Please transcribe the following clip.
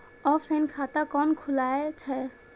Offline खाता कैना खुलै छै?